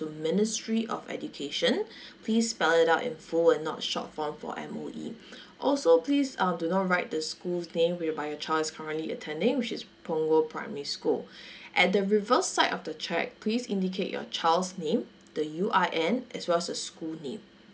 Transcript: ministry of education please spell it out in full were not short form for M_O_E also please um do not write the school's name whereby your child is currently attending which is punggol primary school at the reverse side of the cheque please indicate your child's name the U_I_N as well as the school name